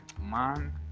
man